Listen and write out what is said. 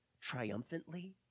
triumphantly